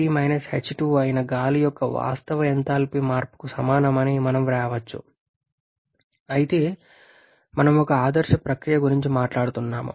h3 h2 అయిన గాలి యొక్క వాస్తవ ఎంథాల్పీ మార్పుకు సమానం అని మనం వ్రాయవచ్చు అయితే మనం ఒక ఆదర్శ ప్రక్రియ గురించి మాట్లాడుతున్నాము